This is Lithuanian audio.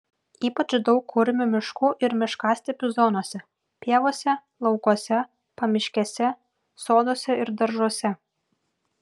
ypač daug kurmių miškų ir miškastepių zonose pievose laukuose pamiškėse soduose ir daržuose